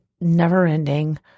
never-ending